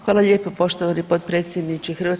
Hvala lijepo poštovani potpredsjedniče HS.